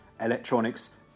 electronics